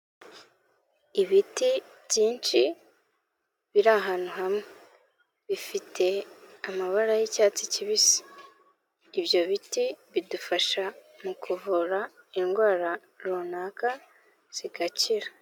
Ibiti byinshi biri ahantu hamwe, bifite amabara y'icyatsi kibisi. Ibyo biti bidufasha mu kuvura indwara runaka zigakira.